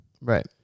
Right